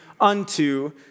unto